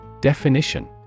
Definition